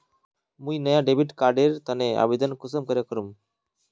मुई नया debit card एर तने आवेदन कुंसम करे करूम?